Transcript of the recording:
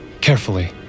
Carefully